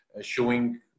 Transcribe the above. showing